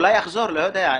אולי אחזור, לא יודע.